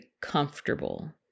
comfortable